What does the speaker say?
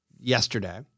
yesterday